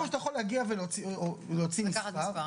או שאתה יכול להגיע ולקחת מספר,